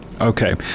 Okay